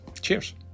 Cheers